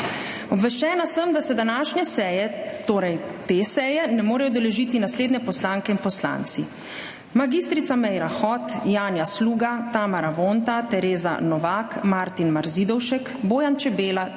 Obveščena sem, da se današnje seje, torej te seje, ne morejo udeležiti naslednje poslanke in poslanci: mag. Meira Hot, Janja Sluga, Tamara Vonta, Tereza Novak, Martin Marzidovšek, Bojan Čebela,